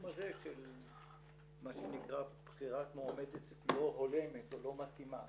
הזה של מה שנקרא בחירת מועמדת לא הולמת או לא מתאימה.